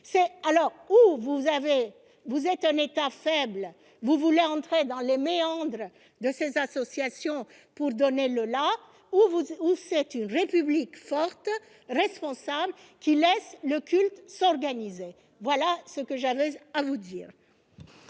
vous représentez un État faible, et vous voulez entrer dans les méandres des associations pour donner le la ; soit la République est forte, responsable, et elle laisse le culte s'organiser ! Voilà ce que j'avais à vous dire.